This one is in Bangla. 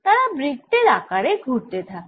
তারা বৃত্তের আকারে ঘুরতে থাকে